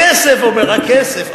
הכסף, אומר, הכסף.